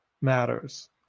matters